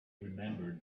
remembered